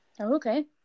Okay